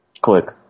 Click